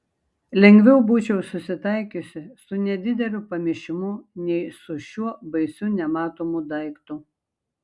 lengviau būčiau susitaikiusi su nedideliu pamišimu nei su šiuo baisiu nematomu daiktu